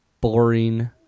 boring